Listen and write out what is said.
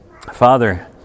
Father